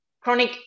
chronic